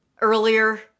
earlier